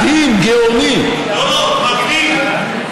מדהים, גאוני, לא, לא, מגניב.